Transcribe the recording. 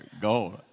Go